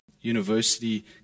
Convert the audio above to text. university